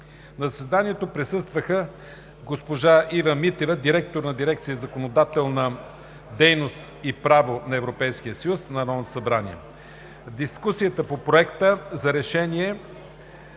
На заседанието присъства госпожа Ива Митева – директор на дирекция „Законодателна дейност и право на Европейския съюз“ на Народното събрание. В дискусията по Проекта на решение